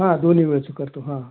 हां दोन्ही वेळेचं करतो हां